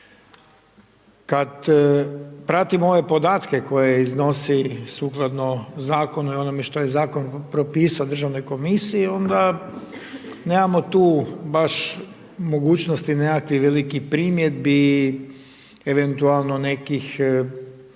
Kad pratim ove podatke koje iznosi sukladno zakonu i onome što je zakon propisao Državnoj komisiji, onda nemamo tu baš mogućnost nekakvih velikih primjedbi, eventualno nekih